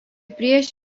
prieš